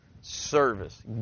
service